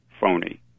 phony